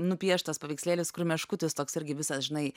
nupieštas paveikslėlis kur meškutis toks irgi visas žinai